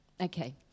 Okay